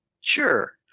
Sure